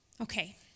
Okay